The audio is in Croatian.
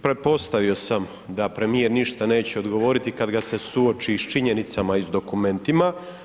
Pretpostavio sam da premijer ništa neće odgovoriti kad ga se suoči s činjenicama i s dokumentima.